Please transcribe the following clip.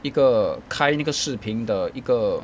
一个开那个视频的一个